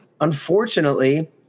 unfortunately